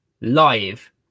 live